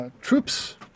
troops